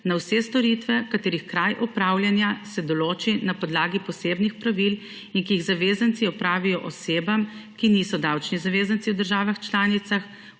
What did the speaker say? na vse storitve, katerih kraj opravljanja se določi na podlagi posebnih pravil in ki jih zavezanci opravijo osebam, ki niso davčni zavezanci v državah članicah,